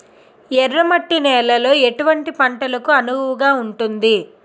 ఎర్ర మట్టి నేలలో ఎటువంటి పంటలకు అనువుగా ఉంటుంది?